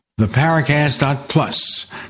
theparacast.plus